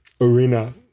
arena